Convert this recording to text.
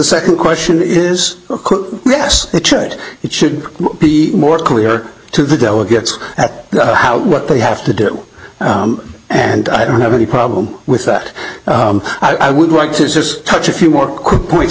second question is yes it should it should be more clear to the delegates at how what they have to do and i don't have any problem with that i would like to just touch a few more points